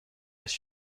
است